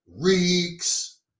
Reeks